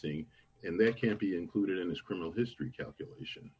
seeing and they can't be included in this criminal history calculation